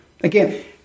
again